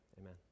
Amen